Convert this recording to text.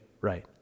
right